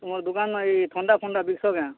ତୁମର୍ ଦୁକାନ୍ନ ଇ ଥଣ୍ଡା ଫଣ୍ଡା ବିକ୍ସ କେଁ